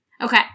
Okay